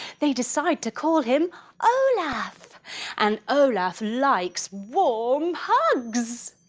they decide to call him olaf. and olaf likes warm hugs!